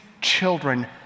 children